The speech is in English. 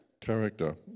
character